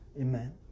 Amen